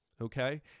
okay